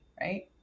right